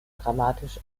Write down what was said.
dramatisch